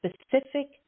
specific